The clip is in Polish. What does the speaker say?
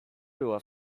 była